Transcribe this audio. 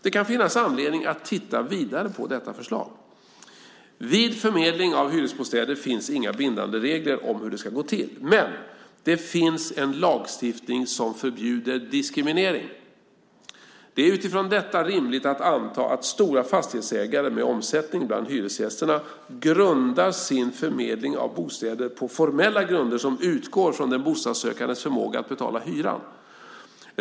Det kan finnas anledning att titta vidare på detta förslag. Vid förmedling av hyresbostäder finns inga bindande regler om hur det ska gå till, men det finns en lagstiftning som förbjuder diskriminering. Det är utifrån detta rimligt att anta att stora fastighetsägare med omsättning bland hyresgästerna grundar sin förmedling av bostäder på formella grunder som utgår från den bostadssökandes förmåga att betala hyran.